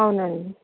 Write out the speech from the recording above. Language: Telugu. అవునండి